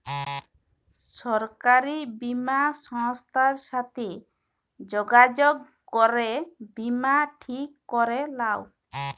সরকারি বীমা সংস্থার সাথে যগাযগ করে বীমা ঠিক ক্যরে লাও